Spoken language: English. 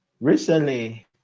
recently